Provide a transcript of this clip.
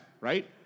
right